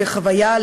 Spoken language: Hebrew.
לחוויה,